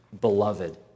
beloved